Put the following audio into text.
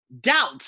doubt